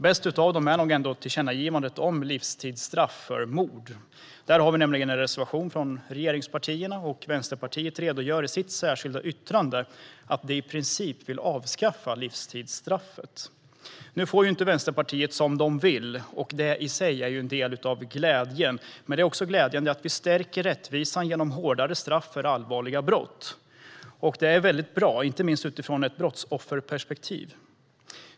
Bäst av dem är nog ändå tillkännagivandet om livstidsstraff för mord. Där har vi en reservation från regeringspartierna och Vänsterpartiet, och Vänsterpartiet redogör i sitt särskilda yttrande för att de i princip vill avskaffa livstidsstraffet. Nu får ju Vänsterpartiet inte som de vill, och det i sig är en del av glädjen, men det är också glädjande att vi stärker rättvisan genom hårdare straff för allvarliga brott. Det är väldigt bra, inte minst utifrån ett brottsofferperspektiv.